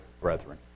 brethren